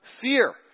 fear